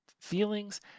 feelings